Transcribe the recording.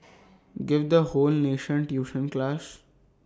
give the whole nation tuition class